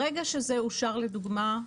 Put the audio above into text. ברגע שזה אושר לדוגמה,